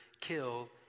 kill